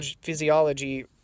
physiology